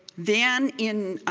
then in